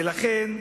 ולכן,